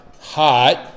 hot